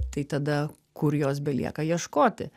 tai tada kur jos belieka ieškoti